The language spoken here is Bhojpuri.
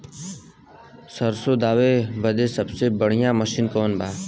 सरसों दावे बदे सबसे बढ़ियां मसिन कवन बा?